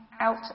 out